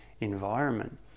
environment